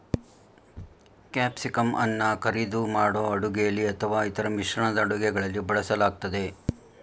ಕ್ಯಾಪ್ಸಿಕಂಅನ್ನ ಕರಿದು ಮಾಡೋ ಅಡುಗೆಲಿ ಅಥವಾ ಇತರ ಮಿಶ್ರಣದ ಅಡುಗೆಗಳಲ್ಲಿ ಬಳಸಲಾಗ್ತದೆ